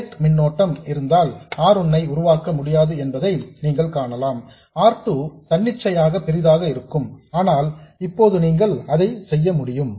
gate மின்னோட்டம் இருந்தால் R 1 ஐ உருவாக்க முடியாது என்பதை நீங்கள் காணலாம் R 2 தன்னிச்சையாக பெரிதாக இருக்கும் ஆனால் இப்போது நீங்கள் அதை செய்ய முடியும்